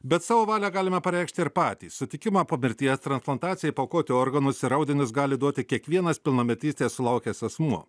bet savo valią galime pareikšti ir patys sutikimą po mirties transplantacijai paaukoti organus ir audinius gali duoti kiekvienas pilnametystės sulaukęs asmuo